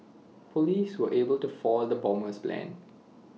Police were able to foil the bomber's plans